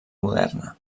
moderna